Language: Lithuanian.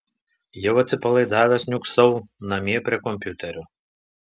jau atsipalaidavęs niūksau namie prie kompiuterio